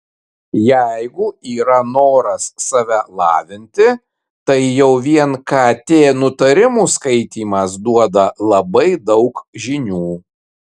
jeigu yra noras save lavinti tai jau vien kt nutarimų skaitymas duoda labai daug žinių